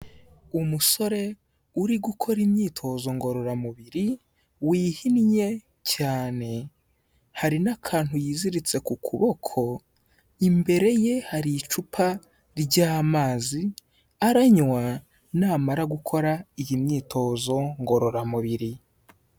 Umusore uri gukora imyitozo ngororamubiri wihinnye cyane hari n'akantu yiziritse ku kuboko, imbere ye hari icupa ry'amazi aranywa namara gukora iyi myitozo ngororamubiri.